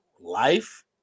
life